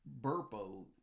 Burpo